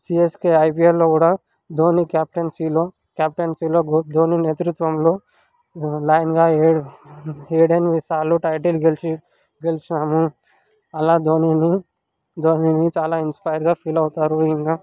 CSK ఐపీఎల్లో కూడా ధోని క్యాప్టెన్సీలో క్యాప్టెన్సీలో ధోని నేతృత్వంలో లైన్గా ఏడు ఏడు ఎనిమిది సార్లు టైటిల్ గెలిచి గెలిచినరు అలా ధోనీని ధోనీని చాలా ఇన్స్పైర్గా ఫీల్ అవుతారు ఇంకా